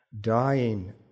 dying